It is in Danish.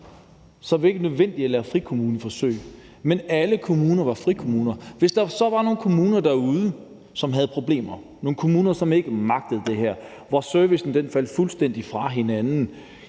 Så var det ikke nødvendigt at lave frikommuneforsøg, for alle kommuner var frikommuner. Hvis der så var nogle kommuner derude, som havde problemer, altså nogle kommuner, som ikke magtede det her, og hvor servicen faldt fuldstændig fra hinanden,